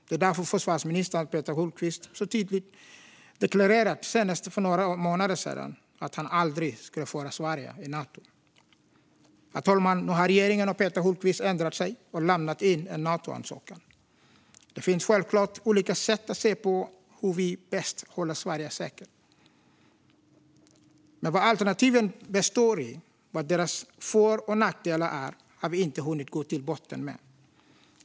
Det var därför försvarsminister Hultqvist så tydligt deklarerade, senast för några månader sedan, att han aldrig skulle föra Sverige in i Nato. Men nu har regeringen och Peter Hultqvist ändrat sig och lämnat in en Natoansökan. Det finns självklart olika sätt att se på hur vi bäst håller Sverige säkert. Men vad alternativen består i och vad deras för och nackdelar är har vi inte hunnit gå till botten med.